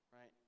right